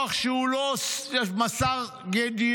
בטוח שהוא לא מסר ידיעות.